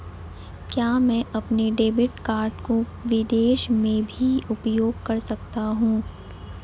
क्या मैं अपने डेबिट कार्ड को विदेश में भी उपयोग कर सकता हूं?